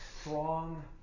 strong